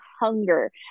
hunger